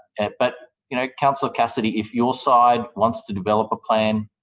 and but, you know councillor cassidy, if your side wants to develop a plan,